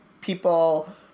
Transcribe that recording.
people